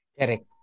Correct